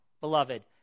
beloved